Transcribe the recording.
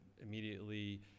immediately